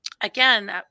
Again